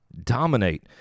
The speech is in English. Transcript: dominate